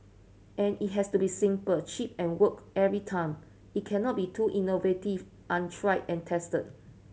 an it has to be simple cheap and work every time it cannot be too innovative untried and tested